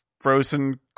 Frozen